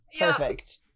Perfect